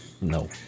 No